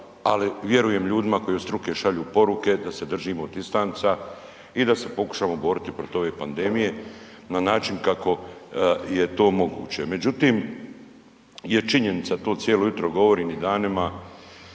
ali vjerujem ljudima koji od struke šalju poruke da se držimo distanca i da se pokušamo boriti protiv ove pandemije na način kako je to moguće. Međutim, je činjenica, to cijelo jutro govorim i danima,